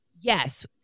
Yes